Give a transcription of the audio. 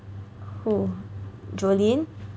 who Jolyne